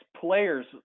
players